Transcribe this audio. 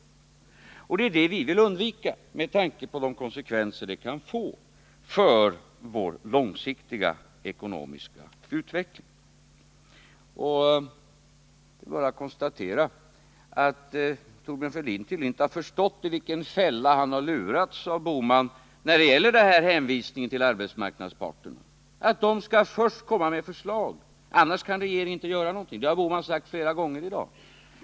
Det är just det vi nu vill undvika med tanke på de konsekvenser det kan få för vår långsiktiga ekonomiska utveckling. Jag bara konstaterar att Thorbjörn Fälldin tydligen inte har förstått i vilken fälla han har lurats av Gösta Bohman när det gäller hänvisningen till arbetsmarknadens parter. Gösta Bohman säger att de först skall komma med förslag innan regeringen kan göra någonting. Det har han sagt flera gånger i dag.